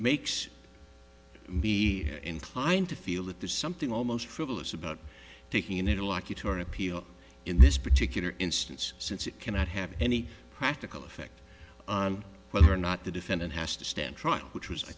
makes me inclined to feel that there's something almost frivolous about taking in a lucky tour appeal in this particular instance since it cannot have any practical effect on whether or not the defendant has to stand trial which was i